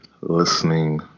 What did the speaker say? listening